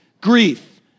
grief